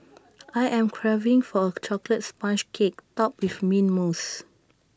I am craving for A Chocolate Sponge Cake Topped with Mint Mousse